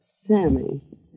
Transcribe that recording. Sammy